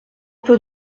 peu